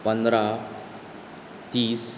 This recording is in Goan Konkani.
पंदरा तीस